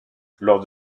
lors